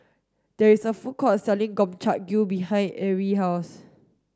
there is a food court selling Gobchang Gui behind Arielle's house